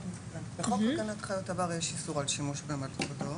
בחוק הגנת חיות הבר יש איסור על שימוש במלכודות.